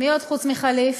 מי עוד חוץ מחליף?